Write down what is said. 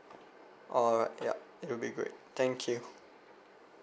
alright ya it will be great thank you